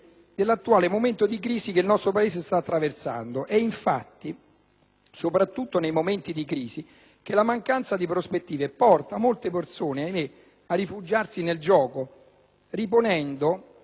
soprattutto nei momenti di crisi che la mancanza di prospettive porta molte persone - ahimè! - a rifugiarsi nel gioco, riponendo nella «dea bendata» l'ultima speranza di risollevare la propria situazione.